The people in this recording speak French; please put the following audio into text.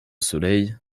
soleil